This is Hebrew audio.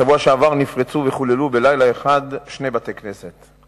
בשבוע שעבר נפרצו וחוללו בלילה אחד שני בתי-כנסת,